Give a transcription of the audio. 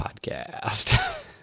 podcast